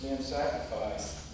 Sacrifice